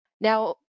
now